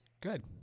good